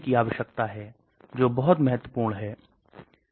यह प्रणाली के अस्तित्व के लिए एक बहुत महत्वपूर्ण प्रक्रिया है